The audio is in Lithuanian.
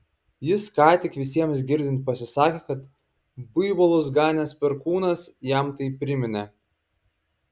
jis ką tik visiems girdint pasisakė kad buivolus ganęs perkūnas jam tai priminė